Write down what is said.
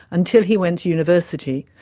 until he went to university,